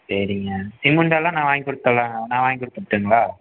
சரிங்க சிமெண்ட்டெல்லாம் நான் வாங்கி கொடுத்துட்லாம் நான் வாங்கி கொடுத்துட்ருங்களா